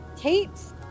tapes